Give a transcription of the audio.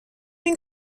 این